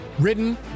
Written